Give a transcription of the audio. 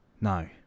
No